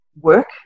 work